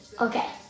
Okay